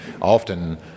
often